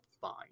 fine